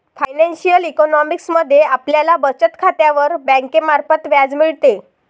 financial economics मध्ये आपल्याला बचत खात्यावर बँकेमार्फत व्याज मिळते